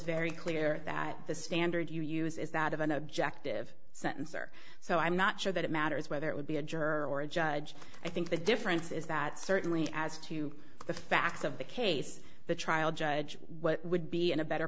very clear that the standard you use is that of an objective sentence or so i'm not sure that it matters whether it would be a juror or a judge i think the difference is that certainly as to the facts of the case the trial judge what would be in a better